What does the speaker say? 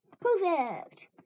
Perfect